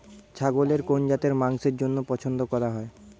ছাগলের কোন জাতের মাংসের জন্য পছন্দ করা হয়?